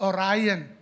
Orion